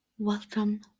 welcome